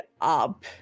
up